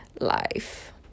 life